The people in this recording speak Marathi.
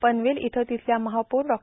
पनवेल इथं तिथल्या महापौर डॉ